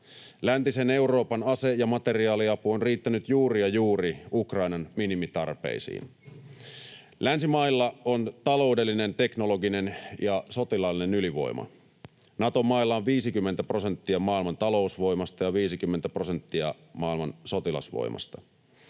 Läntisen Euroopan ase‑ ja materiaaliapu on riittänyt juuri ja juuri Ukrainan minimitarpeisiin. Länsimailla on taloudellinen, teknologinen ja sotilaallinen ylivoima. Nato-mailla on 50 prosenttia maailman talousvoimasta ja 50 prosenttia maailman sotilasvoimasta.